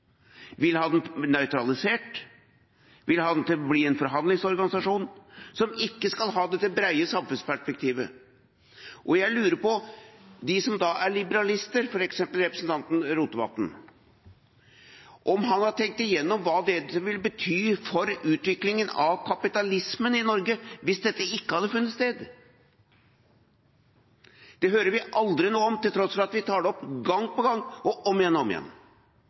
vil ha den nøytralisert og vil ha den til å bli en forhandlingsorganisasjon som ikke skal ha dette brede samfunnsperspektivet. Jeg lurer da på om liberalister, som f.eks. representanten Rotevatn, har tenkt gjennom hva det ville betydd for utviklinga av kapitalismen i Norge hvis dette ikke hadde funnet sted. Det hører vi aldri noe om, til tross for at vi tar det opp gang på gang og om igjen og om igjen.